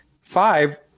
Five